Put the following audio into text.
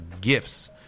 gifts